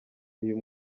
uyu